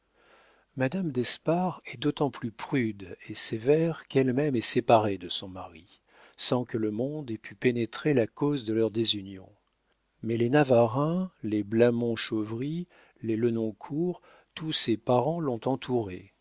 madame d'espard est d'autant plus prude et sévère qu'elle-même est séparée de son mari sans que le monde ait pu pénétrer la cause de leur désunion mais les navarreins les blamont-chauvry les lenoncourt tous ses parents l'ont entourée